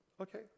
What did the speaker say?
okay